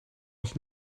was